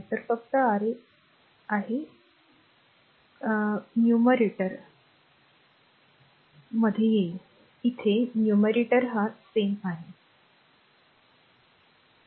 तर फक्त Ra आहे उलट शाखा r Rb साठी a a आहे जे काही येत आहे ते अंशाने विभाजित केलेले समान आहे